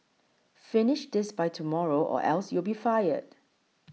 finish this by tomorrow or else you'll be fired